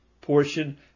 portion